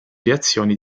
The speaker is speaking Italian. reazioni